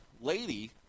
lady